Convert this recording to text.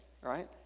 right